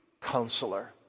counselor